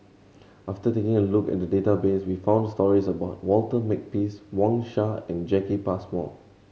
after taking a look at the database we found stories about Walter Makepeace Wang Sha and Jacki Passmore